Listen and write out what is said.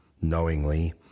knowingly